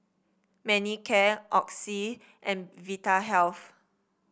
Manicare Oxy and Vitahealth